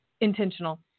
Intentional